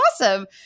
awesome